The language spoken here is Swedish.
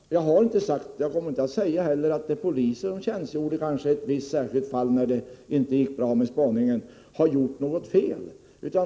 Fru talman! Jag har inte sagt och kommer inte att säga att de poliser som tjänstgjorde i ett särskilt fall, där det kanske inte gick så bra med spaningen, har gjort något fel.